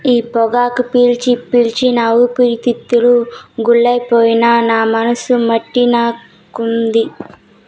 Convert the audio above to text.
ఈ పొగాకు పీల్చి పీల్చి నా ఊపిరితిత్తులు గుల్లైపోయినా మనసు మాటినకుంటాంది